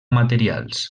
materials